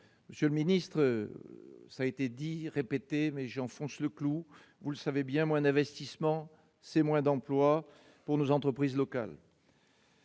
monsieur le ministre, ça a été dit, répété mais j'enfonce le clou : vous le savez bien moins d'investissement, c'est moins d'emplois pour nos entreprises locales.